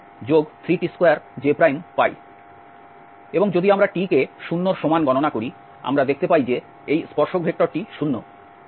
এবং যদি আমরা t কে 0 এর সমান গণনা করি আমরা দেখতে পাই যে এই স্পর্শক ভেক্টরটি 0